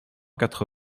quatre